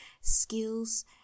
skills